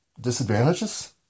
disadvantages